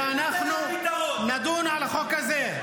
-- ואנחנו נדון על החוק הזה,